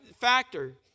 factor